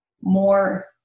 more